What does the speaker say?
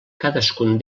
cadascun